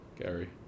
Gary